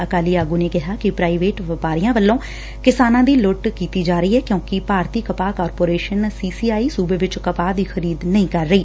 ਅਕਾਲੀ ਆਗੁ ਨੇ ਕਿਹਾ ਕਿ ਪ੍ਰਾਈਵੇਟ ਵਪਾਰੀਆਂ ਵੱਲੋ ਕਿਸਾਨਾਂ ਦੀ ਲੁੱਟ ਕੀਤੀ ਜਾ ਰਹੀ ਏ ਕਿਊਕਿ ਭਾਰਤੀ ਕਪਾਹ ਕਾਰਪੋਰੇਸ਼ਨ ਸੀ ਸੀ ਆਈ ਸੁਬੇ ਵਿਚ ਕਪਾਹ ਦੀ ਖ਼ਰੀਦ ਨਹੀ ਕਰ ਰਹੀ